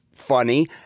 funny